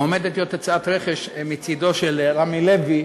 או עומדת להיות הצעת רכש מצדו של רמי לוי